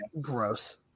gross